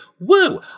Woo